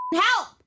help